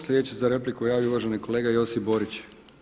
Slijedeći se za repliku javio uvaženi kolega Josip Borić.